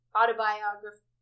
autobiography